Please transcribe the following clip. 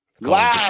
Wow